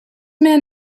man